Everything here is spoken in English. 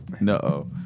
No